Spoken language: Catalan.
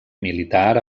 militar